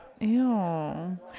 Ew